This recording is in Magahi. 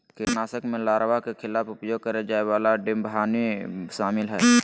कीटनाशक में लार्वा के खिलाफ उपयोग करेय जाय वाला डिंबवाहिनी शामिल हइ